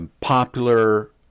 popular